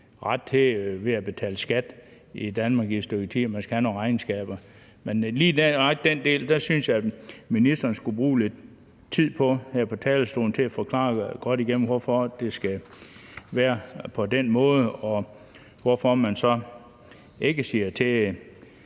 ret til det ved at betale skat i Danmark i et stykke tid. Man skal have nogle regnskaber. Men jeg synes, at ministeren skulle bruge lidt tid her på talerstolen på at forklare og gennemgå, hvorfor det skal være på den måde, og hvorfor lønmodtagere,